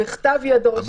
"בכתב ידו".